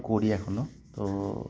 করে এখনও তো